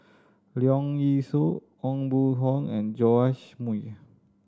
Leong Yee Soo Aw Boon Haw and Joash Moo